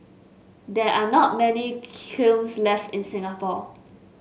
there are not many kilns left in Singapore